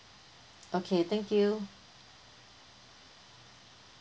okay thank you